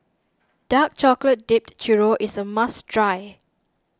Dark Chocolate Dipped Churro is a must try